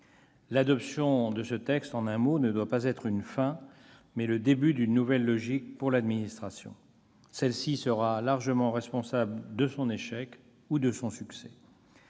L'adoption de ce texte doit être non pas une fin, mais le début d'une nouvelle logique pour l'administration. Celle-ci sera largement responsable de son échec ou de son succès.